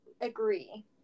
agree